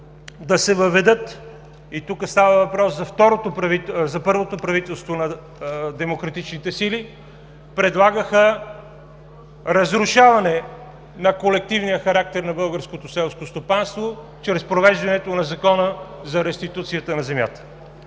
да се въведат – и тук става въпрос за първото правителство на демократичните сили, предлагаха разрушаване на колективния характер на българското селско стопанство чрез провеждането на Закона за реституцията на земята.